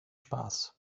spaß